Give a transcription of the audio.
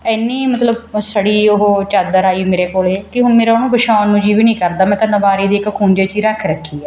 ਇੰਨੀ ਮਤਲਬ ਸੜੀ ਉਹ ਚਾਦਰ ਆਈ ਮੇਰੇ ਕੋਲ ਕਿ ਹੁਣ ਮੇਰਾ ਉਹਨੂੰ ਵਿਛਾਉਣ ਨੂੰ ਜੀ ਵੀ ਨਹੀਂ ਕਰਦਾ ਮੈਂ ਤਾਂ ਅਲਮਾਰੀ ਦੇ ਇੱਕ ਖੂੰਜੇ 'ਚ ਹੀ ਰੱਖ ਰੱਖੀ ਹੈ